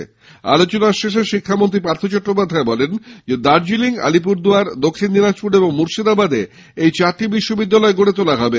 বিলের ওপর আলোচনার শেষে শিক্ষামন্ত্রী পার্থ চট্টোপাধ্যায় বলেন দার্জিলিং আলিপুরদুয়ার দক্ষিণ দিনাজপুর এবং মুর্শিদাবাদে এই চারটি বিশ্ববিদ্যালয় তৈরি হবে